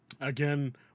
Again